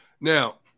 Now